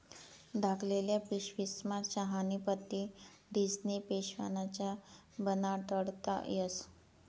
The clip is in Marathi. धाकल्ल्या पिशवीस्मा चहानी पत्ती ठिस्नी पेवाना च्या बनाडता येस